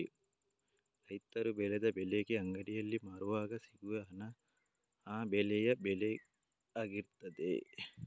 ರೈತರು ಬೆಳೆದ ಬೆಳೆಗೆ ಅಂಗಡಿಯಲ್ಲಿ ಮಾರುವಾಗ ಸಿಗುವ ಹಣ ಆ ಬೆಳೆಯ ಬೆಲೆ ಆಗಿರ್ತದೆ